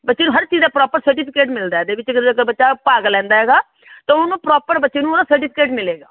ਬੱਚੇ ਨੂੰ ਹਰ ਚੀਜ਼ ਦਾ ਪ੍ਰੋਪਰ ਸਰਟੀਫਿਕੇਟ ਮਿਲਦਾ ਇਹਦੇ ਵਿੱਚ ਅਗਰ ਬੱਚਾ ਭਾਗ ਲੈਂਦਾ ਹੈਗਾ ਤਾਂ ਉਹਨੂੰ ਪ੍ਰੋਪਰ ਬੱਚੇ ਨੂੰ ਉਹਦਾ ਸਰਟੀਫਿਕੇਟ ਮਿਲੇਗਾ